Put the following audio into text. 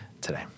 today